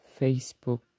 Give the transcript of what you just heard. Facebook